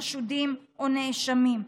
חשודים או נאשמים,